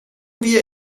wir